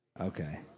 okay